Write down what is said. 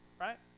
right